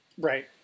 Right